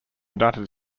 united